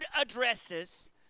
addresses